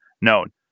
known